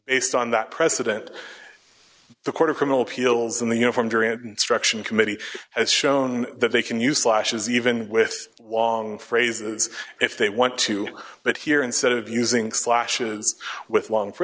based on that precedent the court of criminal appeals in the uniformed instruction committee has shown that they can use lashes even with long phrases if they want to but here instead of using slashes with long